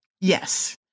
Yes